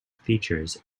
features